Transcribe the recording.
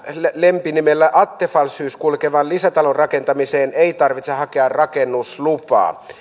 lempinimellä attefallshus kulkevan lisätalon rakentamiseen ei tarvitse hakea rakennuslupaa